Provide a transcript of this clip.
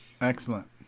Excellent